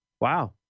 Wow